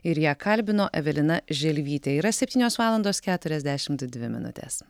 ir ją kalbino evelina želvytė yra septynios valandos keturiasdešimt dvi minutės